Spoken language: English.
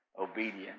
obedience